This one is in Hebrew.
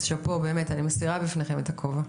שאפו, אני מסירה בפניכם את הכובע.